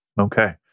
Okay